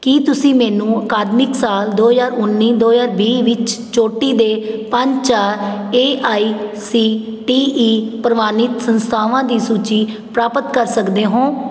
ਕੀ ਤੁਸੀਂ ਮੈਨੂੰ ਅਕਾਦਮਿਕ ਸਾਲ ਦੋ ਹਜ਼ਾਰ ਉੱਨੀ ਦੋ ਹਜ਼ਾਰ ਵੀਹ ਵਿੱਚ ਚੋਟੀ ਦੇ ਪੰਜ ਚਾਰ A I C T E ਪ੍ਰਵਾਨਿਤ ਸੰਸਥਾਵਾਂ ਦੀ ਸੂਚੀ ਪ੍ਰਾਪਤ ਕਰ ਸਕਦੇ ਹੋ